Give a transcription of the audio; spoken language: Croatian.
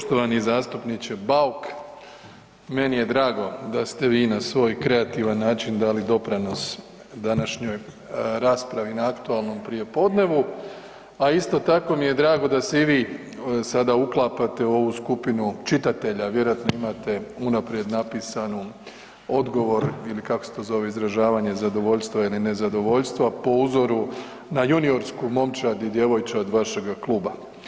Poštovani zastupniče Bauk, meni je drago da ste vi na svoj kreativan način dali doprinos današnjoj raspravi na aktualnom prijepodnevu, a isto tako mi je drago da se i vi sada uklapate u ovu skupinu čitatelja vjerojatno imate unaprijed napisanu odgovor ili kako se to zove izražavanje zadovoljstva ili nezadovoljstva po uzoru na juniorsku momčad i djevojčad vašega kluba.